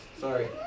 Sorry